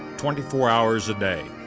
twenty four hours a day.